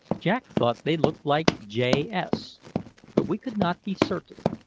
jack thought they looked like js, but we could not be certain.